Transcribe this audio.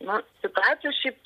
na situacija šiaip